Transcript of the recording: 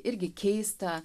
irgi keista